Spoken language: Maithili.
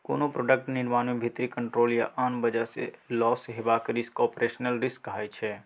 कोनो प्रोडक्ट निर्माण मे भीतरी कंट्रोल या आन बजह सँ लौस हेबाक रिस्क आपरेशनल रिस्क कहाइ छै